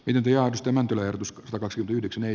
yhtiö osti mäntylä ajatus kokosi yhdeksän eri